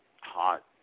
hot